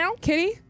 Kitty